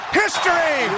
history